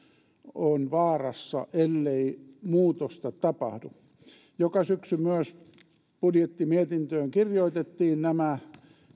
on vaarassa ellei muutosta tapahdu joka syksy myös budjettimietintöön kirjoitettiin nämä